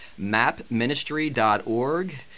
mapministry.org